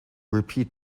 repeat